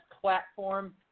platform